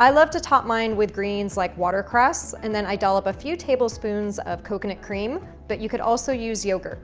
i love to top mine with greens like watercress and then i dollop a few tablespoons of coconut cream, but you could also use yogurt